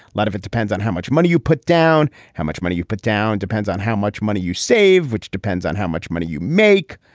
lot of it depends on how much money you put down how much money you put down depends on how much money you save which depends on how much money you make.